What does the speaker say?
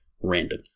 random